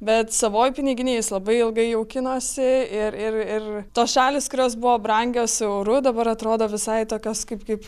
bet savoj piniginėj jis labai ilgai jaukinosi ir ir ir tos šalys kurios buvo brangios euru dabar atrodo visai tokios kaip kaip